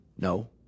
No